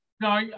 No